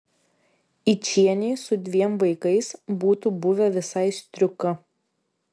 yčienei su dviem vaikais būtų buvę visai striuka